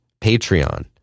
Patreon